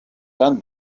done